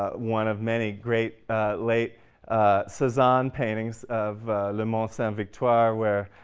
ah one of many great late cezanne paintings of le mont sainte-victoire where